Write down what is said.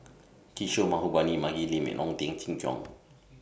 Kishore Mahbubani Maggie Lim and Ong Teng Cheong